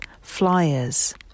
flyers